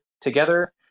together